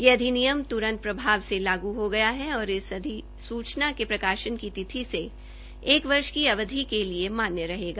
यह अधिनियम त्रंत प्रभाव से लागू हो गया है और इस अधिसूचना के प्रकाशन की तिथि से एक वर्ष की अवधि के लिए मान्य रहेगा